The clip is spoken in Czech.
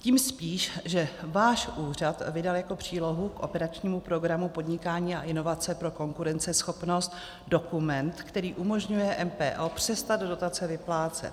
Tím spíš, že váš úřad vydal jako přílohu k operačnímu programu Podnikání a inovace pro konkurenceschopnost dokument, který umožňuje MPO přestat dotace vyplácet.